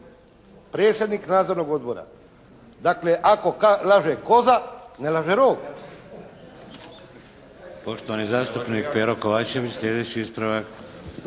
predsjednik nadzornog odbora. Dakle, ako “laže koza ne laže rog“!